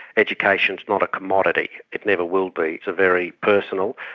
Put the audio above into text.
education is not a commodity. it never will be. it's a very personal,